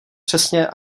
přesně